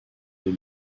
les